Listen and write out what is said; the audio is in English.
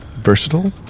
Versatile